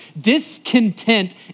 Discontent